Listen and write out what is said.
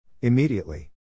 Immediately